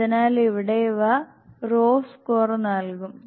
അതിനാൽ ഇവിടെ ഇവ റോ സ്കോർ നൽകും